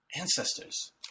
Ancestors